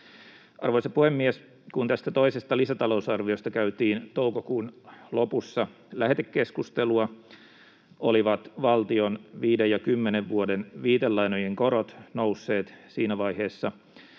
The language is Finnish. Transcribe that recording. Arvoisa puhemies! Kun tästä toisesta lisätalousarviosta käytiin toukokuun lopussa lähetekeskustelua, olivat valtion viiden ja kymmenen vuoden viitelainojen korot nousseet siinä vaiheessa